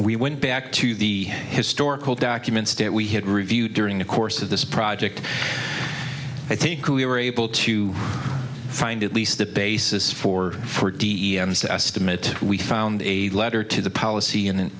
we went back to the historical documents state we had reviewed during the course of this project i think we were able to find at least the basis for for dns to estimate we found a letter to the policy and an